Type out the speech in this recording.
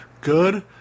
good